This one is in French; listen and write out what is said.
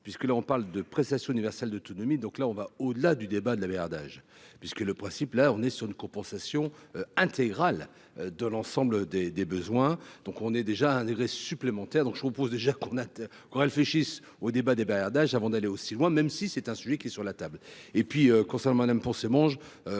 puisque là on parle de prestation universelle de tsunami, donc là on va au-delà du débat de la âge puisque le principe, là on est sur une compensation intégrale de l'ensemble des des besoins, donc on est déjà un degré supplémentaire, donc je vous pose déjà qu'on a elle fléchisse au débat des bavardages avant d'aller aussi loin, même si c'est un sujet qui est sur la table